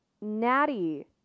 Natty